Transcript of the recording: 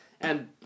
and-